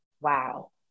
wow